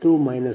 3 p